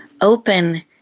open